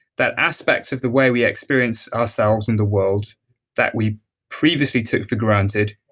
that aspect of the way we experience ourselves in the world that we previously took for granted,